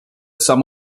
some